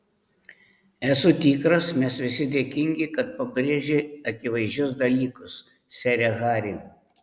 esu tikras mes visi dėkingi kad pabrėži akivaizdžius dalykus sere hari